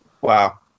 Wow